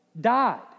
died